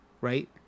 right